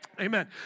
Amen